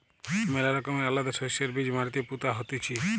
ম্যালা রকমের আলাদা শস্যের বীজ মাটিতে পুতা হতিছে